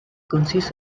consists